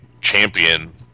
champion